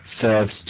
serves